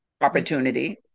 opportunity